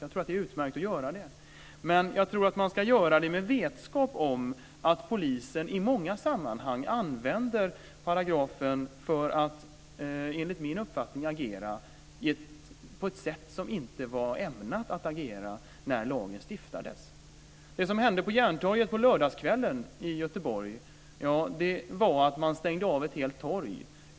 Jag tror att det är utmärkt att göra det, men jag tror att man ska göra det med vetskap om att polisen i många sammanhang använder paragrafen för att, enligt min uppfattning, agera på ett sätt som inte var ämnat när lagen stiftades. Göteborg var att man stängde av ett helt torg.